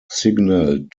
signalled